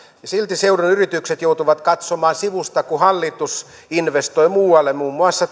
silti seudun yritykset joutuvat katsomaan sivusta kun hallitus investoi muualle muun muassa